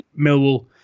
Millwall